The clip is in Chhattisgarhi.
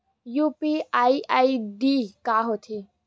यू.पी.आई आई.डी का होथे?